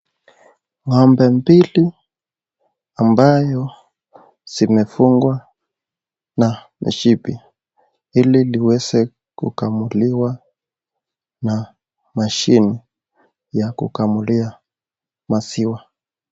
Ng'ombe mbili ambayo zimefungwa na mishipi ili liweze kukamuliwa na mashini ya kukamulia maziwa.